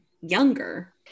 younger